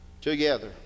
together